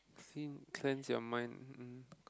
seem cleanse your mind mm